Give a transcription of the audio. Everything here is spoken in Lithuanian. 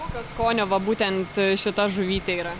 kokio skonio va būtent šita žuvytė yra